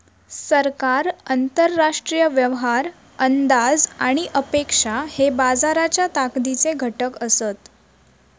सरकार, आंतरराष्ट्रीय व्यवहार, अंदाज आणि अपेक्षा हे बाजाराच्या ताकदीचे घटक असत